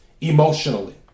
emotionally